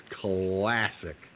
classic